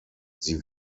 sie